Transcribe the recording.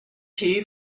tea